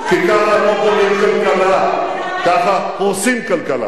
כי ככה לא בונים כלכלה, ככה הורסים כלכלה.